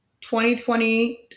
2020